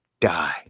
die